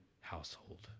household